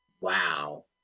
Wow